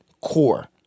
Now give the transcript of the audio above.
core